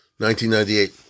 1998